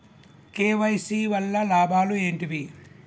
KYC వల్ల లాభాలు ఏంటివి?